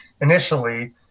initially